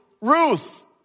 Ruth